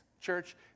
Church